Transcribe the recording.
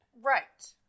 Right